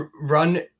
run